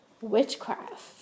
witchcraft